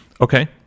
Okay